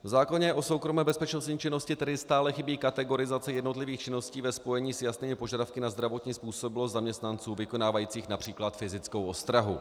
V zákoně o soukromé bezpečnostní činnosti tedy stále chybí kategorizace jednotlivých činností ve spojení s jasnými požadavky na zdravotní způsobilost zaměstnanců vykonávajících například fyzickou ostrahu.